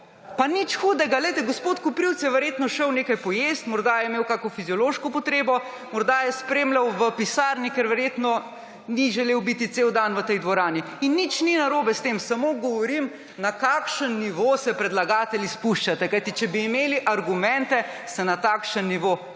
Pa nič hudega, glejte, gospod Koprivc je verjetno šel nekaj pojest, morda je imel kako fiziološko potrebo, morda je spremljal v pisarni, ker verjetno ni želel biti cel dan v tej dvorani. In nič ni narobe s tem, samo govorim, na kakšen nivo se predlagatelji spuščate. Kajti če bi imeli argumente, se na takšen nivo nebi spuščali,